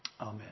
Amen